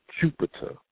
Jupiter